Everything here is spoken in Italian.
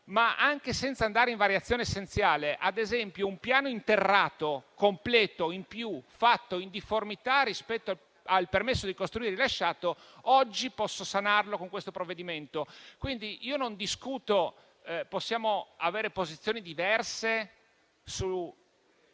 anche senza andare in variazione essenziale, ad esempio un piano interrato completo in più, fatto in difformità rispetto al permesso di costruire rilasciato, oggi può essere sanato con il provvedimento in discussione. Io non discuto, possiamo avere posizioni diverse sul